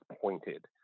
pointed